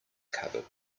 cupboard